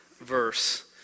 verse